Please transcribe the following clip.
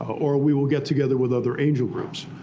or we will get together with other angel groups,